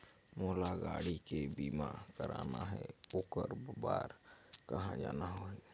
मोला गाड़ी के बीमा कराना हे ओकर बार कहा जाना होही?